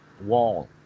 wall